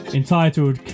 entitled